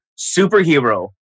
Superhero